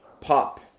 pop